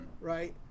right